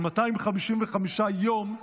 255 יום,